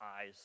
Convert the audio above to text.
eyes